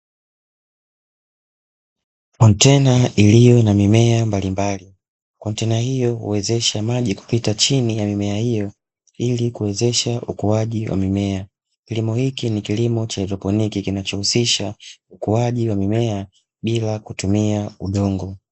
Kontena iliyo na mimea mbali mbali, kontena hiyo huwezesha maji kupita chini ya mimea hiyo ili kuwezesha ukuaji wa mimea, kilimo hiki ni kilimo cha haidroponiki kinachohusisha ukuaji wa mimea bila kutumia udongo.